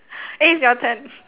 eh it's your turn